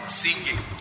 singing